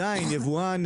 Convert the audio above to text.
ויבואן,